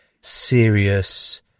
serious